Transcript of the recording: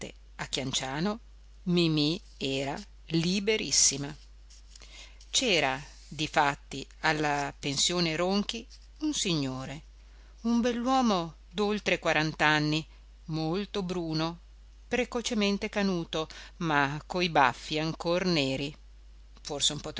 a chianciano mimì era bellissima c'era difatti alla pensione ronchi un signore un bell'uomo d'oltre quarant'anni molto bruno precocemente canuto ma coi baffi ancor neri forse un po